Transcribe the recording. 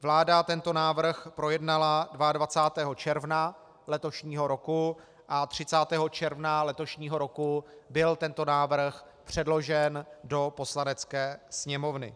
Vláda tento návrh projednala 22. června letošního roku a 30. června letošního roku byl tento návrh předložen do Poslanecké sněmovny.